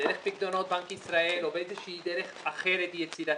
דרך פיקדונות בנק ישראל או באיזו שהיא דרך אחרת יצירתית,